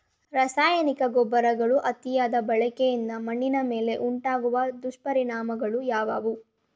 ರಾಸಾಯನಿಕ ಗೊಬ್ಬರಗಳ ಅತಿಯಾದ ಬಳಕೆಯಿಂದ ಮಣ್ಣಿನ ಮೇಲೆ ಉಂಟಾಗುವ ದುಷ್ಪರಿಣಾಮಗಳು ಯಾವುವು?